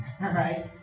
right